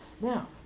Now